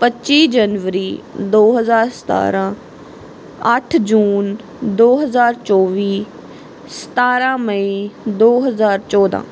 ਪੱਚੀ ਜਨਵਰੀ ਦੋ ਹਜ਼ਾਰ ਸਤਾਰ੍ਹਾਂ ਅੱਠ ਜੂਨ ਦੋ ਹਜ਼ਾਰ ਚੌਵੀ ਸਤਾਰ੍ਹਾਂ ਮਈ ਦੋ ਹਜ਼ਾਰ ਚੌਦ੍ਹਾਂ